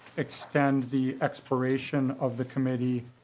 expand the expiration of the committee